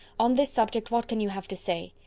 on this subject, what can you have to say?